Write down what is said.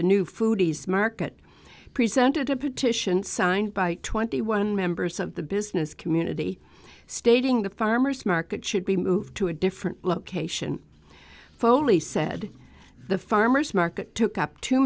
the new foods market presented a petition signed by twenty one members of the business community stating the farmers market should be moved to a different location phone lee said the farmer's market took up too